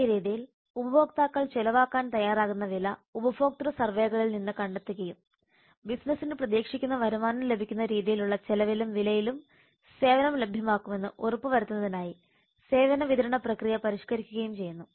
ഈ രീതിയിൽ ഉപഭോക്താക്കൾ ചെലവാക്കാൻ തയ്യാറാകുന്ന വില ഉപഭോക്തൃ സർവേകളിൽ നിന്ന് കണ്ടെത്തുകയും ബിസിനസിന് പ്രതീക്ഷിക്കുന്ന വരുമാനം ലഭിക്കുന്ന രീതിയിലുള്ള ചെലവിലും വിലയിലും സേവനം ലഭ്യമാക്കുമെന്ന് ഉറപ്പു വരുത്തുന്നതിനായി സേവന വിതരണ പ്രക്രിയ പരിഷ്കരിക്കുകയും ചെയ്യുന്നു